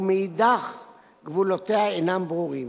ומאידך גיסא גבולותיה אינם ברורים.